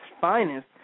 finest